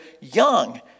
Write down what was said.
young